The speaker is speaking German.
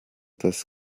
das